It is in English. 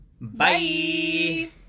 Bye